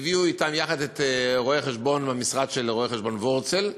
הם הביאו אתם את רואה-החשבון מהמשרד של רואה-חשבון וורצל,